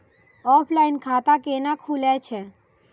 Offline खाता कैना खुलै छै?